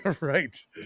Right